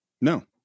No